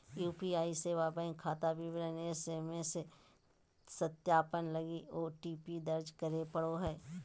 UPI सेवा bank खाता विवरण एस.एम.एस सत्यापन लगी ओ.टी.पी दर्ज करे पड़ो हइ